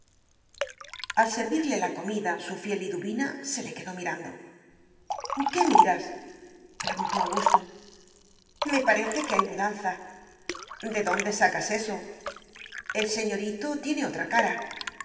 al servirle la comida su fiel liduvina se le quedó mirando qué miras preguntó augusto me parece que hay mudanza de dónde sacas eso el señorito tiene otra cara